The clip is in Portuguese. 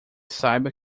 saiba